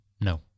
No